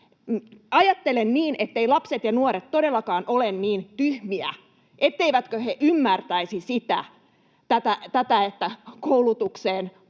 Ajattelen niin, etteivät lapset ja nuoret todellakaan ole niin tyhmiä, etteivätkö he ymmärtäisi tätä, että koulutukseen